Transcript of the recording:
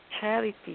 charity